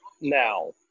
now